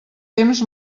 temps